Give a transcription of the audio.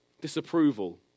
disapproval